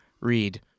read